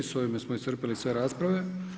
S ovime smo iscrpili sve rasprave.